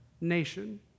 nation